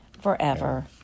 forever